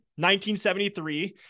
1973